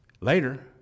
later